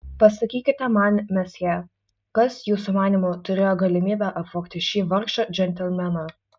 pasakykite man mesjė kas jūsų manymu turėjo galimybę apvogti šį vargšą džentelmeną